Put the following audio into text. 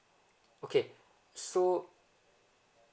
okay so